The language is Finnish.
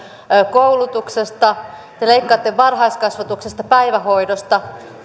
koulutuksesta te leikkaatte varhaiskasvatuksesta päivähoidosta